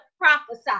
prophesy